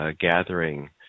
gathering